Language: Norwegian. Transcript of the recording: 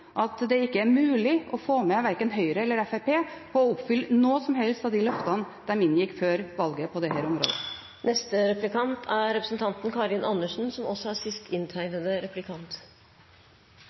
at det ikke er mulig å få med verken Høyre eller Fremskrittspartiet på å oppfylle noe som helst av de løftene de ga før valget på dette området. Rundt omkring i mange av de lokalsamfunnene som Senterpartiet og SV bryr seg om, står det